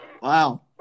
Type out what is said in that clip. Wow